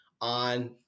on